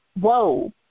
whoa